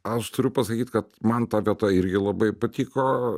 aš turiu pasakyt kad man ta vieta irgi labai patiko